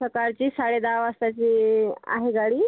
सकाळची साडे दहा वाजताची आहे गाडी